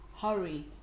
hurry